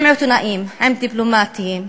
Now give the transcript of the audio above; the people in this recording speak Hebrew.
עם עיתונאים, עם דיפלומטים,